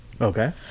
okay